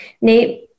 Nate